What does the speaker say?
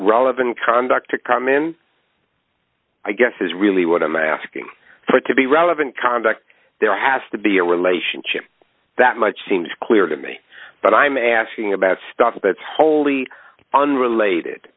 relevant conduct to come in i guess is really what i'm asking for it to be relevant conduct there has to be a relationship that much seems clear to me but i'm asking about stuff that's wholly unrelated